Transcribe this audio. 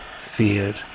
feared